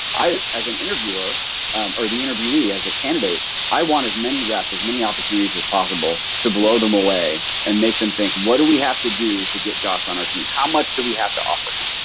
i as an interviewer or the interviewee. as the candidate i want as many reps. as many opportunities as possible to blow them away and make them think, what do we have to do to get josh on our team? how much do we have to offer him?